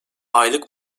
aylık